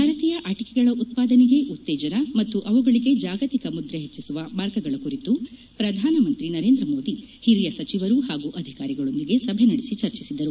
ಭಾರತೀಯ ಆಟಿಕೆಗಳ ಉತ್ಪಾದನೆಗೆ ಉತ್ತೇಜನ ಮತ್ತು ಅವುಗಳಿಗೆ ಜಾಗತಿಕ ಮುದ್ರೆ ಹೆಚ್ಚಿಸುವ ಮಾರ್ಗಗಳ ಕುರಿತು ಪ್ರಧಾನ ಮಂತ್ರಿ ನರೇಂದ್ರ ಮೋದಿ ಹಿರಿಯ ಸಚಿವರು ಹಾಗೂ ಅಧಿಕಾರಿಗಳೊಂದಿಗೆ ಸಭೆ ನಡೆಸಿ ಚರ್ಚಿಸಿದರು